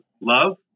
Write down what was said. love